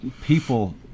people